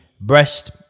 breast